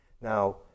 Now